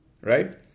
Right